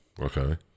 Okay